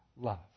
love